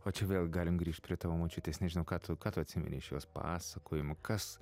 o čia vėl galim grįžt prie tavo močiutės nežinau ką tu ką tu atsimeni iš jos pasakojimų kas